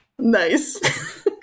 nice